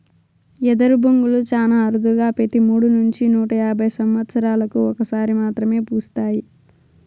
ఎదరు బొంగులు చానా అరుదుగా పెతి మూడు నుంచి నూట యాభై సమత్సరాలకు ఒక సారి మాత్రమే పూస్తాయి